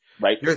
right